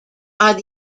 are